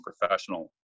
professional